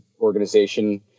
organization